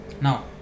Now